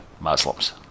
Muslims